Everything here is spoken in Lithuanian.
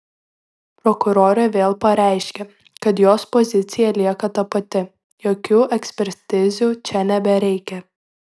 prokurorė vėl pareiškė kad jos pozicija lieka ta pati jokių ekspertizių čia nebereikia